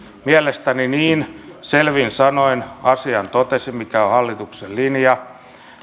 mielestäni niin selvin sanoin asian totesin mikä on hallituksen linja